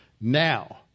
now